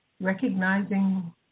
recognizing